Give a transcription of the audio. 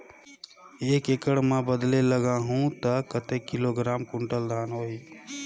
एक एकड़ मां बदले लगाहु ता कतेक किलोग्राम कुंटल धान होही?